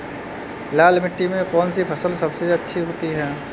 लाल मिट्टी में कौन सी फसल सबसे अच्छी उगती है?